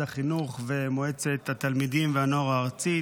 החינוך ומועצת התלמידים והנוער הארצית